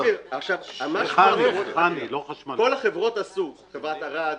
כל החברות עשו חברת ארד,